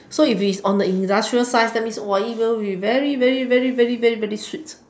so if is on the industrial size that means it will be very very very very very sweet